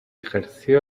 ejerció